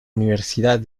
universidad